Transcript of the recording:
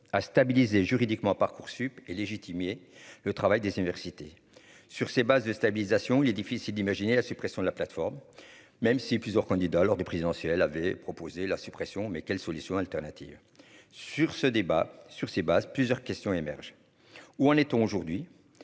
à stabiliser juridiquement Parcoursup et légitimer le travail des universités sur ces bases de stabilisation, il est difficile d'imaginer la suppression de la plateforme, même si plusieurs candidats lors des présidentielles, avait proposé la suppression, mais quelle solution alternative sur ce débat sur ces bases, plusieurs questions émergent, où en est-on aujourd'hui